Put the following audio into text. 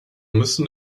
müssen